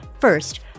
First